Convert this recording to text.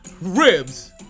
Ribs